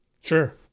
Sure